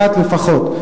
אחת לפחות.